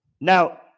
Now